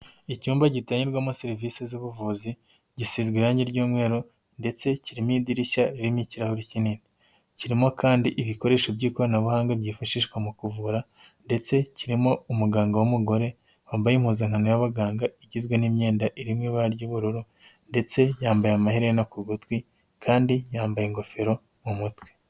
Icyumba gitangiwamo serivisi z'ubuvuzi gisigazwe irangi ry'umweru ndetse kirimo idirishya ririmo ikirahuri kinini, kirimo kandi ibikoresho by'ikoranabuhanga byifashishwa mu kuvura ndetse kirimo umuganga w'umugore wambaye impuzankano y'abaganga, igizwe n'imyenda irimo ibara ry'ubururu ndetse yambaye amaherena ku gutwi kandi yambaye ingofero mu mutwe.